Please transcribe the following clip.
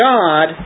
God